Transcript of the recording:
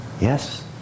yes